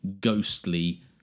ghostly